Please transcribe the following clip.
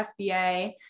fba